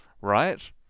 right